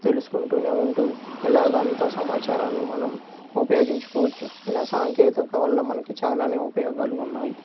తెలుసుకుంటూనే ఉంటూ ఇలాగ అంతా సమాచారాన్ని మనం ఉపయోగించుకోవచ్చు ఇలా సాంకేతిక వల్ల మనకు చాలానే ఉపయోగాలు ఉన్నాయి